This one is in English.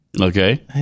Okay